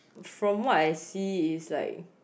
from what I see is like